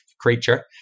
creature